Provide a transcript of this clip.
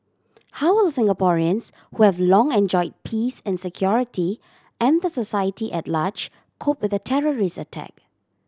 how will Singaporeans who have long enjoyed peace and security and the society at large cope with a terrorist attack